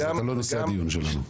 אז אתה לא נושא הדיון שלנו.